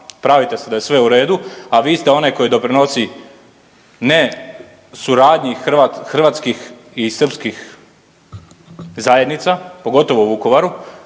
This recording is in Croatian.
pravite se da je sve u redu, a vi ste onaj koji doprinosi nesuradnji hrvatskih i srpskih zajednica, pogotovo u Vukovaru